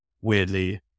weirdly